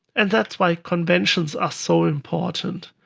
and that's why conventions are so important.